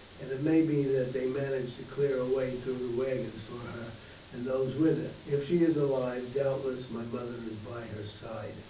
and it may be that they managed to clear a way through the wagons for her and those with her. if she is alive, doubtless my mother is by her side.